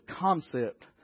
concept